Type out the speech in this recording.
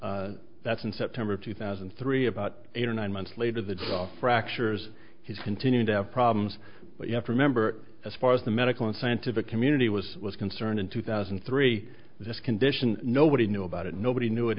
and that's in september of two thousand and three about eight or nine months later the jaw fractures he's continued to have problems but you have to remember as far as the medical and scientific community was concerned in two thousand and three this condition nobody knew about it nobody knew it